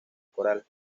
coral